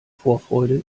vorfreude